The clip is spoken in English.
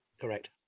correct